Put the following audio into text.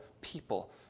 people